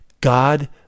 God